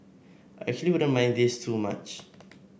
I actually wouldn't mind this too much